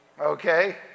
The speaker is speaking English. okay